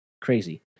crazy